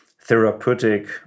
therapeutic